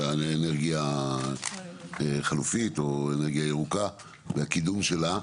אנרגיה חלופית או אנרגיה ירוקה והקידום שלה,